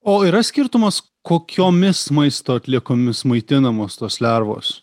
o yra skirtumas kokiomis maisto atliekomis maitinamos tos lervos